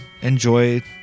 enjoy